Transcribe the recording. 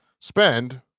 Spend